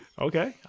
Okay